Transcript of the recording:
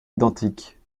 identiques